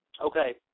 Okay